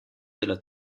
della